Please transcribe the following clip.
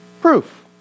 proof